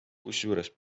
kusjuures